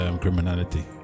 criminality